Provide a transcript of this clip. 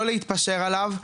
לא להתפשר עליו,